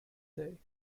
day